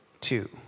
two